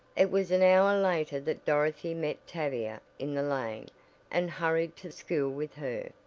it was an hour later that dorothy met tavia in the lane and hurried to school with her.